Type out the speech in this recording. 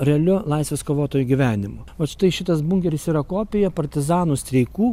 realiu laisvės kovotojų gyvenimu vat štai šitas bunkeris yra kopija partizanų streikų